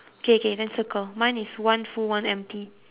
okay okay then circle mine is one full one empty